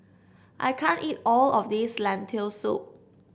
I can't eat all of this Lentil Soup